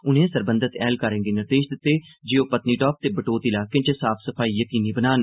उनें सरबंघत ऐह्लकारें गी निर्देश दित्ते जे ओह् पत्नीटाप ते बटोत इलाकें च साफ सफाई यकीनी बनान